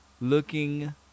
looking